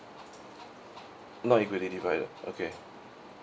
no it will be divided okay